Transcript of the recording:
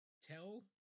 tell